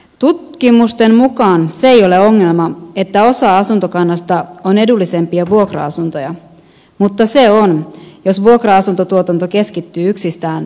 tutkimusten mukaan se ei ole ongelma että osa asuntokannasta on edullisempia vuokra asuntoja mutta se on jos vuokra asuntotuotanto keskittyy yksistään tietyille alueille